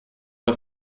bei